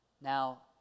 Now